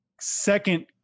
second